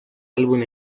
álbum